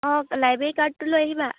অঁ লাইব্ৰেৰী কাৰ্ডটো লৈ আহিবা